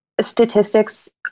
statistics